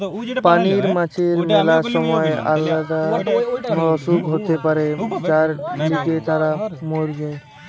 পানির মাছের ম্যালা সময় আলদা অসুখ হতে পারে যার লিগে তারা মোর যায়